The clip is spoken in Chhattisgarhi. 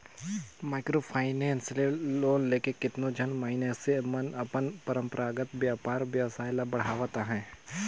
माइक्रो फायनेंस ले लोन लेके केतनो झन मइनसे मन अपन परंपरागत बयपार बेवसाय ल बढ़ावत अहें